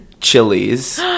chilies